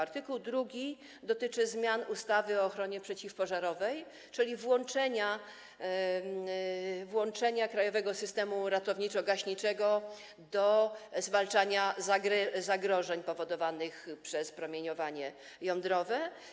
Art. 2 dotyczy zmian ustawy o ochronie przeciwpożarowej, czyli włączenia krajowego systemu ratowniczo-gaśniczego do zwalczania zagrożeń powodowanych przez promieniowanie jądrowe.